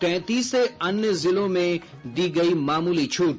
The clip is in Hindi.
तैंतीस अन्य जिलों में दी गयी मामूली छूट